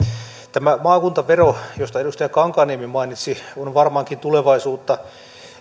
tämä maakuntavero josta edustaja kankaanniemi mainitsi on varmaankin tulevaisuutta ja